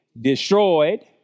destroyed